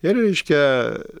ir reiškia